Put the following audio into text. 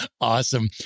Awesome